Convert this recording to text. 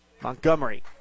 Montgomery